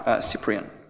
Cyprian